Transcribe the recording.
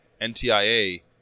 NTIA